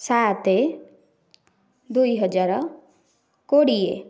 ସାତ ଦୁଇ ହଜାର କୋଡ଼ିଏ